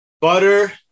Butter